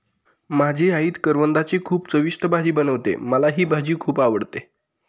माझी आई करवंदाची खूप चविष्ट भाजी बनवते, मला ही भाजी खुप आवडते